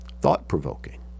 Thought-provoking